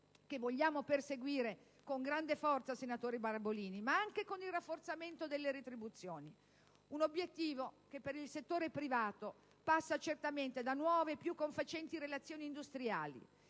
che vogliamo perseguire con grande forza, senatore Barbolini - ma anche attraverso il rafforzamento delle retribuzioni. Un obiettivo che, per il settore privato, passa certamente da nuove e più confacenti relazioni industriali